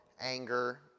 anger